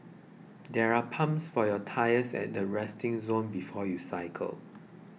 there are pumps for your tyres at the resting zone before you cycle